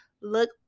look